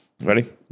ready